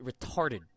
retarded